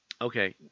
Okay